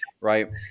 right